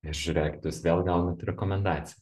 nes žiūrėkit jūs vėl gaunat rekomendaciją